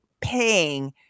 paying